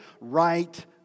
right